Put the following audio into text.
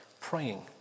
praying